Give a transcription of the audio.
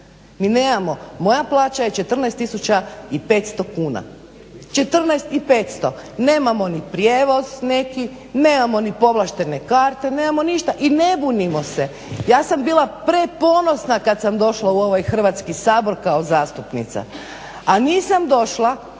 Mi nemamo, moja plaća je 14500 kuna, 14500. Nemamo ni prijevoz neki, nemamo ni povlaštene karte, nemamo ništa i ne bunimo se. Ja sam bila preponosna kad sam došla u ovaj Hrvatski sabor kao zastupnica, a nisam došla,